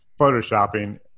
Photoshopping